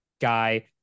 guy